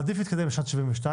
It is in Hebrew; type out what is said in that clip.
עדיף להתקדם לשנת 72,